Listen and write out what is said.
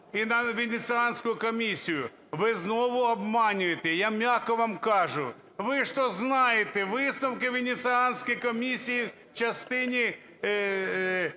і на Венеціанську комісію. Ви знову обманюєте, я м'яко вам кажу, ви ж то знаєте висновки Венеціанської комісії в частині